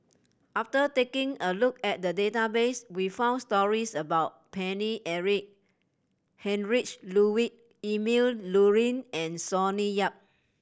after taking a look at the database we found stories about Paine Eric Heinrich Ludwig Emil Luering and Sonny Yap